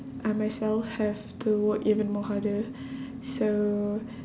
I myself have to work even more harder so